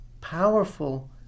powerful